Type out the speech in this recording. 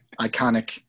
iconic